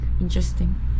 interesting